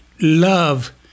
love